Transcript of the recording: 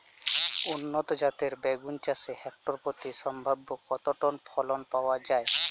উন্নত জাতের বেগুন চাষে হেক্টর প্রতি সম্ভাব্য কত টন ফলন পাওয়া যায়?